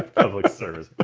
public service but